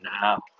now